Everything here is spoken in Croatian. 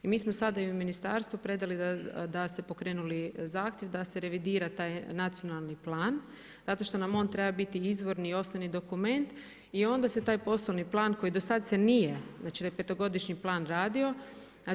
I mi smo sada i u ministarstvu predali da se pokrenuli zahtjev, da se revidira taj nacionalni plan, zato što nam on treba biti, izvorni i osnovni dokument, i onda se taj poslovni plan, koji do sad se nije, znači taj petogodišnji plan radio.